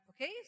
Okay